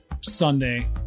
Sunday